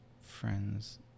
friends